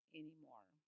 anymore